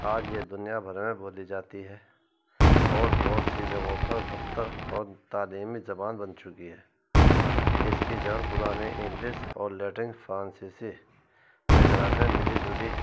آج یہ دنیا بھر میں بولی جاتی ہے اور بہت سی جگہوں پر دفتر اور تعلیمی زبان بن چکی ہے اس کی جڑ پرانی انگلس اور لیٹن فرانسیسی وغیرہ سے ملی جلی